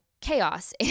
chaos